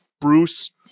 Bruce